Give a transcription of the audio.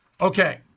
Okay